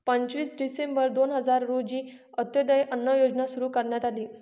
पंचवीस डिसेंबर दोन हजार रोजी अंत्योदय अन्न योजना सुरू करण्यात आली